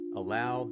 allow